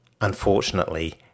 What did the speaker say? Unfortunately